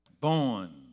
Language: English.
Born